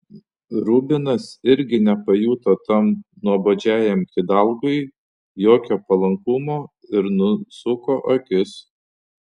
rubinas irgi nepajuto tam nuobodžiajam hidalgui jokio palankumo ir nusuko akis